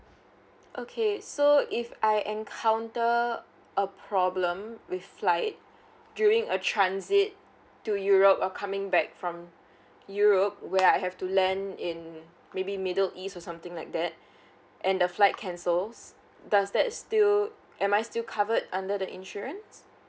okay so if I encounter a problem with flight during a transit to europe or coming back from europe where I have to land in maybe middle east or something like that and the flight cancels does that still am I still covered under the insurance